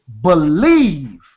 believe